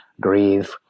Grieve